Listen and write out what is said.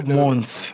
months